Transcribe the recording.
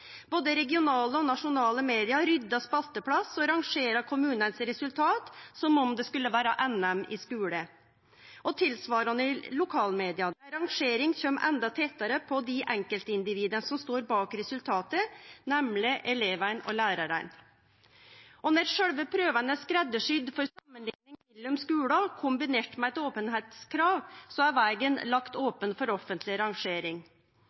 Både regionale og nasjonale media ryddar spalteplass og rangerer kommunane sine resultat som om det skulle vere NM i skule – og tilsvarande i lokalmedia, der ei rangering kjem enda tettare på dei enkeltindivida som står bak resultatet, nemleg elevane og lærarane. Og når sjølve prøvene er skreddarsydde for samanlikning mellom skular, kombinert med eit openheitskrav, så er vegen lagt open for offentleg rangering.